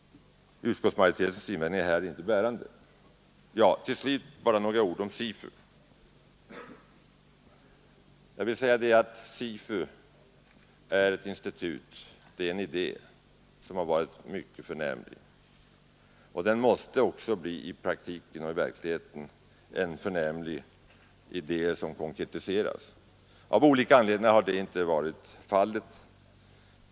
Utskottsmajoritetens invändning är här inte bärande. Till slut bara några ord om SIFU. Jag vill säga att SIFU är en idé som har varit mycket förnämlig. Det måste också i praktiken bli en förnämlig idé som konkretiseras. Av olika anledningar har det inte varit fallet.